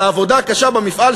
על העבודה הקשה במפעל,